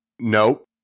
Nope